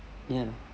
yeah